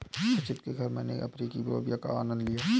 संचित के घर मैने अफ्रीकी लोबिया का आनंद लिया